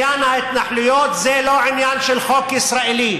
שעניין ההתנחלויות זה לא עניין של חוק ישראלי.